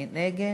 מי נגד?